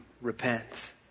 repent